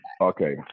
Okay